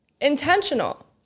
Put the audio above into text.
intentional